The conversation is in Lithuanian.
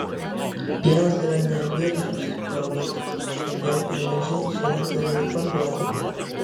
pienas yra ne biržos produktas šiandien primelžei šiandien turi ir parduoti